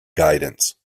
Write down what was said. guidance